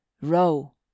Row